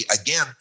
again